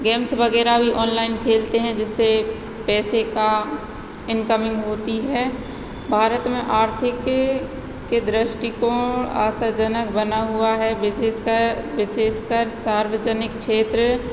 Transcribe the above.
games वगैरह भी online खेलते हैं जिससे पैसे का इंकमिंग होती है भारत में आर्थिक के दृष्टिकोण आशाजनक बना हुआ है विशेषकर विशेषकर सार्वजनिक क्षेत्र